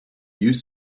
use